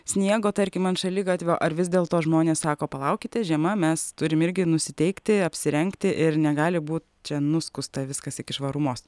sniego tarkim ant šaligatvio ar vis dėlto žmonės sako palaukite žiema mes turim irgi nusiteikti apsirengti ir negali būt čia nuskusta viskas iki švarumos